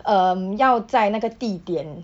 um 要在那个地点